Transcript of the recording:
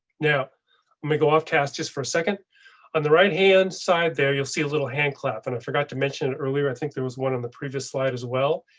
now i'm gonna go off task just for a second on the right hand side. there you'll see a little hand clap and i forgot to mention earlier, i think there was one on the previous slide as well.